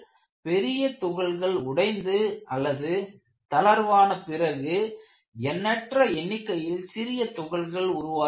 பெரிய துகள்கள் உடைந்து அல்லது தளர்வான பிறகு எண்ணற்ற எண்ணிக்கையில் சிறிய துகள்கள் உருவாகின்றன